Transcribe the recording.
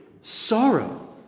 sorrow